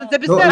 זה בסדר?